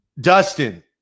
Dustin